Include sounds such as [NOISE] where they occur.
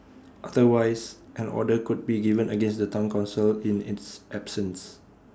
[NOISE] otherwise an order could be given against the Town Council in its absence